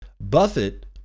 Buffett